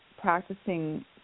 practicing